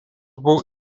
buvo